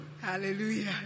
hallelujah